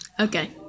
Okay